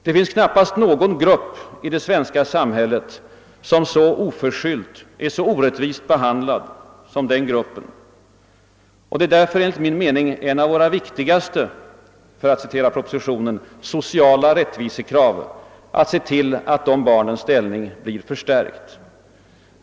Det finns knappast någon grupp i det svenska samhället, som så oförskyllt är så orättvist behandlad som denna grupp, och det är därför enligt min mening ett av våra viktigaste, för att citera propositionen, sociala rättvisekrav att se till att deras ställning förstärks.